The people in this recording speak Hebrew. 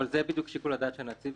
אבל זה בדיוק שיקול הדעת של נציב.